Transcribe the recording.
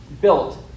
built